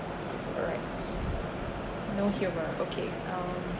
alright no humour okay um